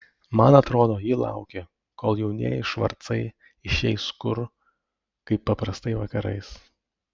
man atrodo ji laukia kol jaunieji švarcai išeis kur kaip paprastai vakarais